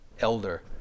elder